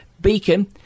Beacon